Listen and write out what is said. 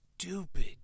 stupid